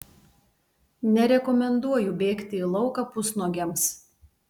nerekomenduoju bėgti į lauką pusnuogiams